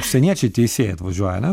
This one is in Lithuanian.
užsieniečiai teisėjai atvažiuoja ane